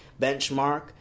benchmark